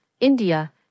India